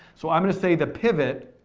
so i'm going to say the pivot